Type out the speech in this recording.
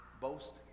boast